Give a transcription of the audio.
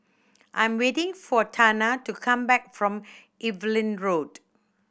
I'm waiting for Tana to come back from Evelyn Road